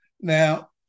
Now